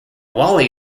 wally